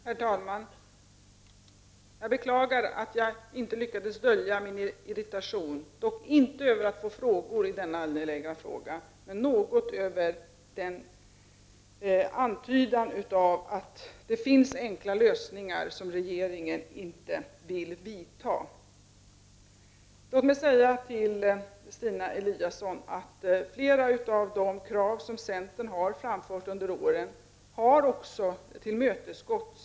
Herr talman! Jag beklagar att jag inte lyckades dölja min irritation. Jag är dock inte irriterad över de frågor jag har fått i detta angelägna ämne, men något irriterad över att det här antyds att det finns enkla lösningar som regeringen inte vill sätta in. Till Stina Eliasson vill jag säga att flera av de krav som centern har framfört under åren också har tillmötesgåtts.